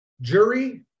jury